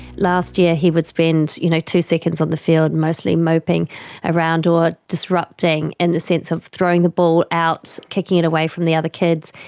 last year he would spend you know two seconds on the field, mostly moping around or disrupting in and the sense of throwing the ball out, kicking it away from the other kids.